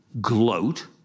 gloat